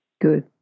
Good